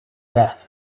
death